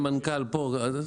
המנכ"ל פה.